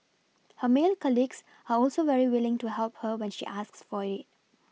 her male colleagues are also very willing to help her when she asks for it